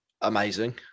amazing